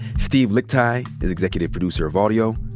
steve lickteig is executive producer of audio.